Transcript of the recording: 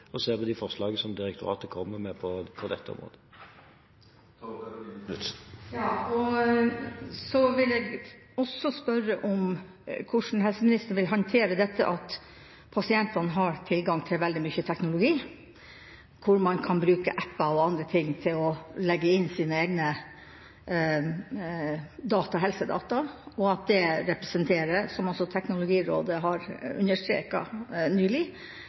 som direktoratet kommer med på dette området. Så vil jeg også spørre om hvordan helseministeren vil håndtere dette med at pasienter har tilgang til veldig mye teknologi, hvor man kan bruke app-er og andre ting til å legge inn sine egne helsedata, og at det representerer, som Teknologirådet har understreket nylig,